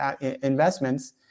investments